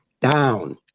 down